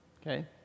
Okay